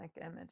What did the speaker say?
image